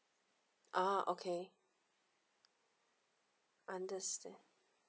ah okay understand